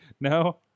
No